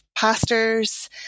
Pastors